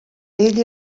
ell